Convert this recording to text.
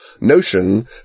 notion